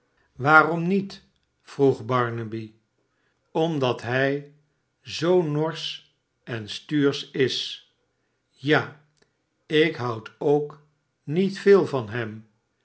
waarom niet vroeg barnaby aomdat hij zoo norsch en stuursch is ja ik houd ook niet veel van hem